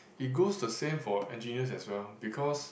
is goes to same for engineers as well because